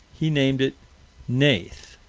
he named it neith.